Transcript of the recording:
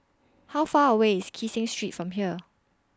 How Far away IS Kee Seng Street from here